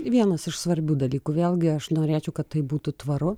vienas iš svarbių dalykų vėl gi aš norėčiau kad tai būtų tvaru